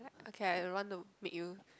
okay I don't want to make you